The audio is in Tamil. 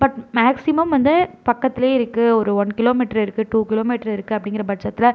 பட் மேக்சிமம் வந்து பக்கத்தில் இருக்குது ஒரு ஒன் கிலோமீட்டர் இருக்குது டூ கிலோமீட்டர் இருக்குது அப்படிங்கிற பட்சத்தில்